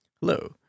Hello